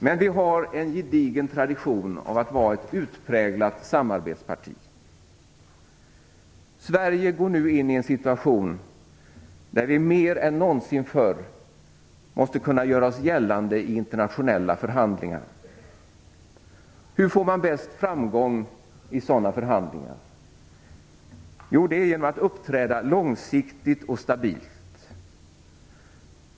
Men vi har en gedigen tradition av att vara ett utpräglat samarbetsparti. Sverige går nu in i en situation där vi mer än någonsin måste kunna göra oss gällande i internationella förhandlingar. Hur får man bäst framgång i sådana förhandlingar? Jo, genom att uppträda långsiktigt och stabilt.